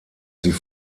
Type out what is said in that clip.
sie